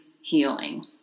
healing